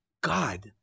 God